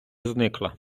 зникла